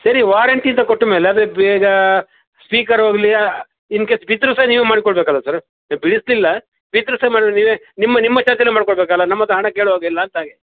ಸರಿ ವಾರಂಟಿ ಅಂತ ಕೊಟ್ಟ ಮೇಲೆ ಅದು ಬೇಗ ಸ್ಪೀಕರ್ ಹೋಗಲಿ ಇನ್ ಕೇಸ್ ಬಿದ್ದರೂ ಸಹ ನೀವೇ ಮಾಡಿ ಕೊಡಬೇಕಲ್ಲ ಸರ್ ಈಗ ಬೀಳಿಸಲಿಲ್ಲ ಬಿದ್ದರೂ ಸಹ ಮಾಡಿ ನೀವೇ ನಿಮ್ಮ ನಿಮ್ಮ ಚಾರ್ಜಲ್ಲೇ ಮಾಡಿಕೊಡ್ಬೇಕಲ್ಲ ನಮ್ಮ ಹತ್ರ ಹಣ ಕೇಳುವಾಗೆ ಇಲ್ಲ ಅಂತ ಹಾಗೆ